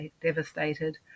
devastated